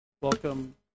Welcome